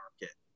market